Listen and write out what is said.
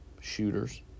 shooters